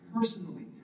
personally